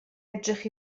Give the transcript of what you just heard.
edrych